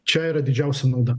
čia yra didžiausia nauda